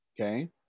Okay